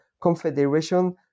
confederation